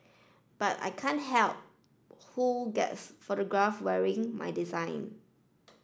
but I can't help who gets photographed wearing my design